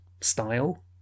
style